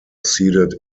ceded